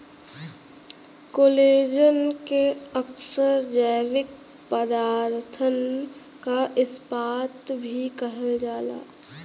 collagen के अक्सर जैविक पदारथन क इस्पात भी कहल जाला